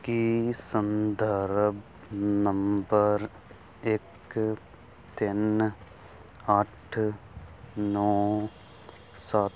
ਕੀ ਸੰਦਰਭ ਨੰਬਰ ਇੱਕ ਤਿੰਨ ਅੱਠ ਨੌਂ ਸੱਤ